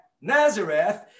Nazareth